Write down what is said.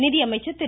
நிதியமைச்சர் திரு